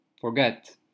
forget